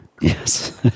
Yes